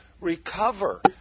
recover